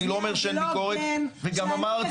ואני לא אומר שאין ביקורת וגם אמרתי.